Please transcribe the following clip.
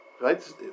Right